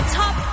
top